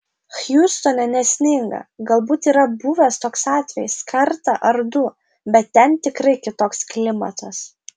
hjustone nesninga galbūt yra buvęs toks atvejis kartą ar du bet ten tikrai kitoks klimatas